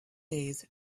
days